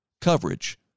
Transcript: coverage